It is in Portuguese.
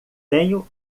tenho